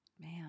man